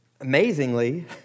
amazingly